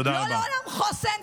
תודה רבה.